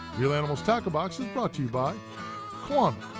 reel animals tackle box is brought to you by quantum,